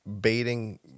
Baiting